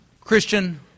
Christian